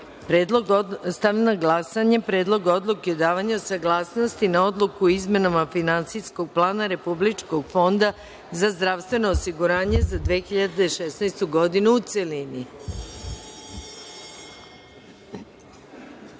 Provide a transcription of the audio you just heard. Predlog odluke. Stavljam na glasanje Predlog odluke o davanju saglasnosti na Odluku o izmenama Finansijskog plana Republičkog fonda za zdravstveno osiguranje za 2016. godinu, u